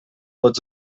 tots